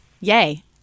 yay